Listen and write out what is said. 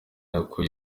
akuye